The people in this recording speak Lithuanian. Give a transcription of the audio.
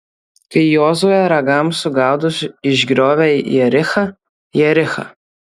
kai jozuė ragams sugaudus išgriovė jerichą jerichą